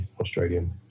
Australian